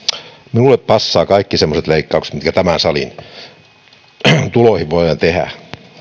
minulle passaa kaikki semmoiset leikkaukset mitkä tämän salin tuloihin voidaan tehdä